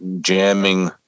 jamming